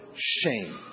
shame